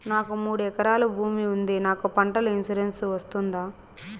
నాకు మూడు ఎకరాలు భూమి ఉంది నాకు పంటల ఇన్సూరెన్సు వస్తుందా?